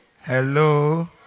Hello